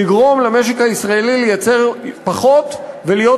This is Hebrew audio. תגרום למשק הישראלי לייצר פחות ולהיות